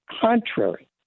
contrary